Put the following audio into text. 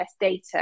data